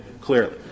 clearly